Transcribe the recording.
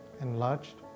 enlarged